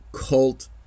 cult